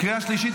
קריאה שלישית.